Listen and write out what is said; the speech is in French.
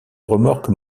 remorque